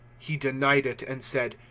he denied it, and said,